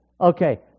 Okay